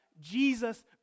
Jesus